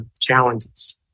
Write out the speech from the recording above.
challenges